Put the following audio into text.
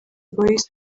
boyz